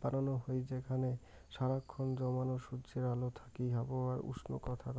বানানো হই যেখানে সারা খন জমানো সূর্যের আলো থাকি আবহাওয়া উষ্ণ থাকঙ